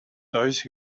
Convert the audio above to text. those